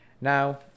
now